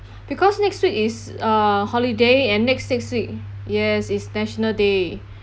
because next week is uh holiday and next next week yes is national day